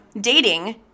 Dating